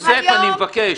יוסף, אני מבקש.